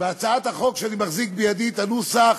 בהצעת החוק ואני מחזיק בידי את הנוסח